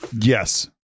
Yes